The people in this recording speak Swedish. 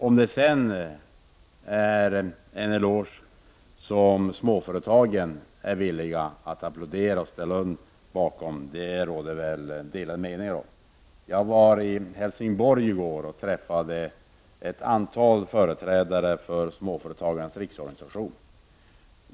Om det sedan är en eloge som småföretagen är villiga att applådera och ställa upp bakom, råder det väl delade meningar om. Jag var i Helsingborg i går och träffade ett antal företrädare för Småföretagens Riksorganisation.